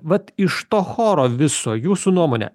vat iš to choro viso jūsų nuomone